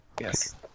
Yes